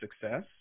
success